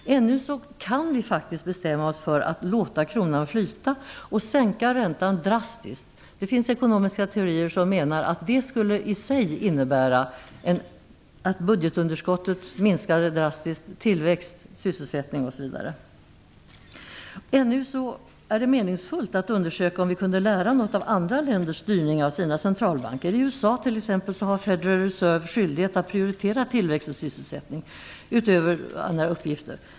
Ännu kan vi faktiskt bestämma oss för att låta kronan flyta och sänka räntan drastiskt. Det finns ekonomiska teorier som menar att det i sig skulle innebära att budgetunderskottet minskade drastiskt, och att det vore bra för tillväxt, sysselsättning osv. Ännu är det meningsfullt att undersöka om vi kunde lära något av andra länders styrning av sina centralbanker. I USA har t.ex. Federal Reserve Bank, utöver andra uppgifter, skyldighet att prioritera tillväxt och sysselsättning.